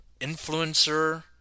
influencer